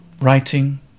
writing